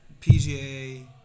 PGA